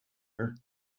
her